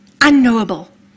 Unknowable